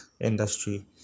industry